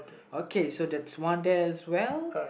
okay so that's one there as well